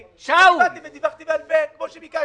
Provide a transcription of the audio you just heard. --- באתי ודיווחתי בעל פה כמו שביקשתם.